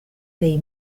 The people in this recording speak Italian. dei